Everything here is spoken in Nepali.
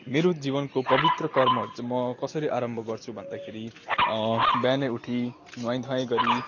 मेरो जीवनको पवित्र कर्महरू चाहिँ म कसरी आरम्भ गर्छु भन्दाखेरि बिहानै उठी नुहाइधुवाइ गरी